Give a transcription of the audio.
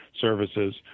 services